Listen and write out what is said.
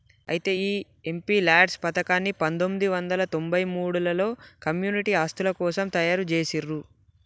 అయితే ఈ MP LADS పథకాన్ని పందొమ్మిది వందల తొంభై మూడులలో కమ్యూనిటీ ఆస్తుల కోసం తయారు జేసిర్రు